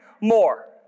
more